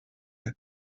amb